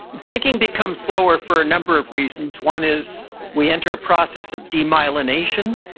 thinking becomes slower for a number of reasons. one is we enter a process of demyelination.